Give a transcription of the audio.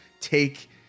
take